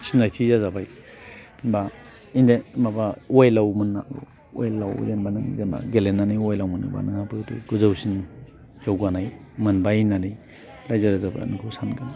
सिनायथि जाजाबाय होमबा इन्डियान माबा अवेलआव मोननो हागौ अवेलआव जेनेबा नों जेनेबा गेलेनानै अवेलाव मोनोबा नोंहाबोथ' गोजौसिन जौगानाय मोनबाय होननानै रायजो राजाफ्रा नोंखौ सानगोन